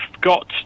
got